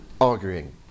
arguing